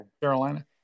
Carolina